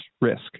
risk